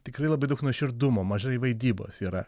tikrai labai daug nuoširdumo mažai vaidybos yra